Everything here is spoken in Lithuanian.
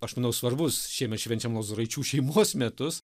aš manau svarbus šiemet švenčiam lozoraičių šeimos metus